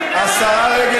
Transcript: השרה רגב,